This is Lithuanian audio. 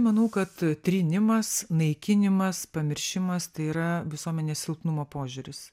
manau kad trynimas naikinimas pamiršimas tai yra visuomenės silpnumo požiūris